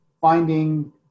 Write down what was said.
finding